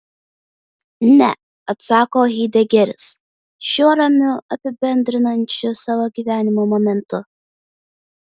ne atsako haidegeris šiuo ramiu apibendrinančiu savo gyvenimo momentu